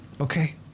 Okay